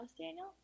Daniel